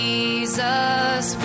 Jesus